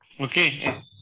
Okay